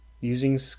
Using